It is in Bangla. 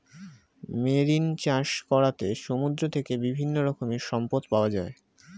মেরিন চাষ করাতে সমুদ্র থেকে বিভিন্ন রকমের সম্পদ পাওয়া যায়